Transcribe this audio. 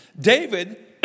David